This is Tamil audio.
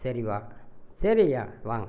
சரி வா சரி ஐயா வாங்க